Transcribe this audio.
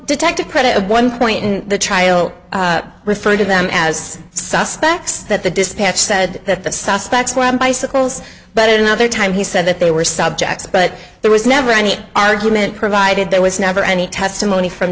detective credit of one point in the trial referred to them as suspects that the dispatch said that the suspects grabbed bicycles but another time he said that they were subjects but there was never any argument provided there was never any testimony from